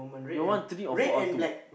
you all want three or four or two